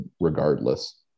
regardless